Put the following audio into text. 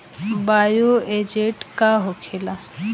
Bio agent का होखेला?